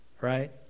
right